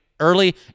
early